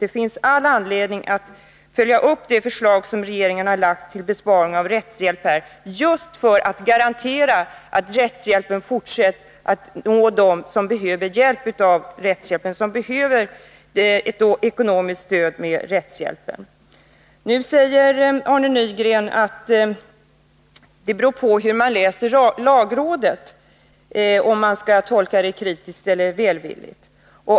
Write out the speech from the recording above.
Det finns all anledning att följa upp det förslag regeringen har lagt fram till besparing av rättshjälpen på detta område just för att garantera att rättshjälpen fortsätter att nå dem som behöver ekonomiskt stöd med rättshjälpen. Nu säger Arne Nygren att det beror på hur man läser lagrådets yttrande om man skall tolka förslaget kritiskt eller välvilligt.